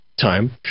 time